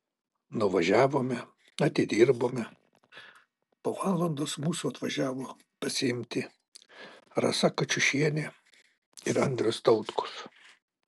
nuvažiavome atidirbome po valandos mūsų atvažiavo pasiimti rasa kačiušienė ir andrius tautkus